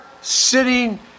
sitting